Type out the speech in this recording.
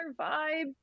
vibe